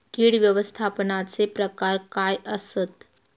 कीड व्यवस्थापनाचे प्रकार काय आसत?